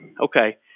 okay